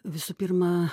visų pirma